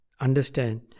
understand